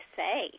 say